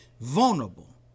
vulnerable